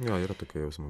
jo yra tokio jausmo